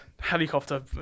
Helicopter